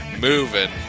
Moving